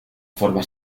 forma